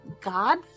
god